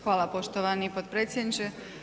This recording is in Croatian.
Hvala poštovani potpredsjedniče.